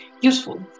useful